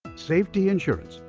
safety insurance.